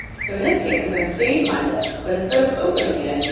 so in this case i'm going to save my list but instead of opening it,